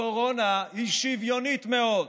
הקורונה היא שוויונית מאוד.